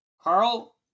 Carl